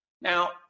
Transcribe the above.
Now